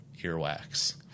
earwax